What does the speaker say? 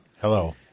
Hello